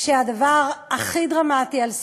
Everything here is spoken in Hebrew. כשהדבר הכי דרמטי על סדר-היום,